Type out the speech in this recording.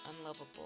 unlovable